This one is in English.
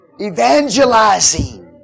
Evangelizing